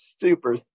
super